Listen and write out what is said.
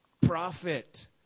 Profit